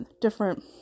different